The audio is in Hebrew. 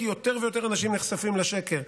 כי יותר ויותר אנשים נחשפים לשקר,